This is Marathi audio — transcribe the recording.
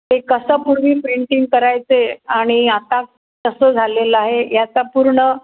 ते कसं पूर्वी पेंटिंग करायचे आणि आता कसं झालेलं आहे याचा पूर्ण